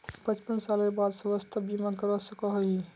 पचपन सालेर बाद स्वास्थ्य बीमा करवा सकोहो ही?